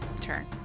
turn